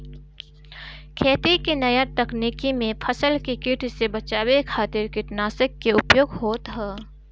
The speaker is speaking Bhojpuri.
खेती के नया तकनीकी में फसल के कीट से बचावे खातिर कीटनाशक के उपयोग होत ह